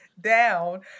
down